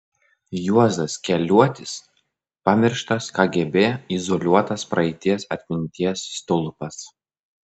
juozas keliuotis pamirštas kgb izoliuotas praeities atminties stulpas